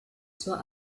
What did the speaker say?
zur